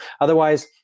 Otherwise